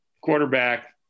quarterback